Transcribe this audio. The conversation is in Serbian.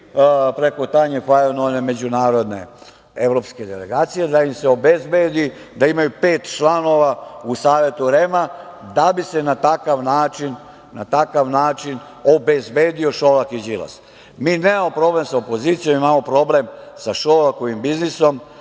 preko Tanje Fajon, one međunarodne evropske delegacije, da im se obezbedi da imaju pet članova u savetu REM-a, da bi se na takav način obezbedio Šolak i Đilas. Mi nemamo problem sa opozicijom, imamo problem sa Šolakovim biznisom